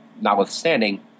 notwithstanding